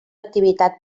activitat